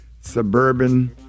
suburban